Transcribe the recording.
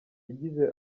yagize